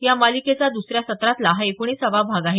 या मालिकेचा दुसऱ्या सत्रातला हा एकोणिसावा भाग आहे